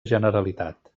generalitat